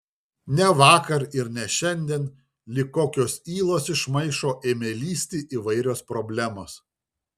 ne vakar ir ne šiandien lyg kokios ylos iš maišo ėmė lįsti įvairios problemos